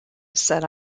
said